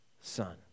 son